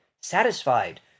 satisfied